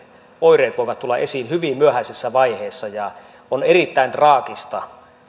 oireet voivat tulla itse asiassa esiin vasta hyvin myöhäisessä vaiheessa on erittäin traagista